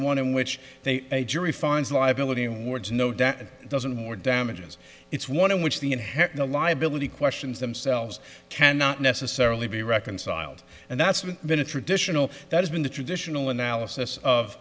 want and which they a jury finds liability in words no doubt doesn't more damages it's one in which the inherent in a liability questions themselves cannot necessarily be reconciled and that's been a traditional that's been the traditional analysis